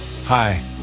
Hi